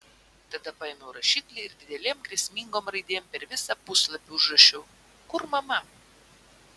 tada paėmiau rašiklį ir didelėm grėsmingom raidėm per visą puslapį užrašiau kur mama